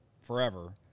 forever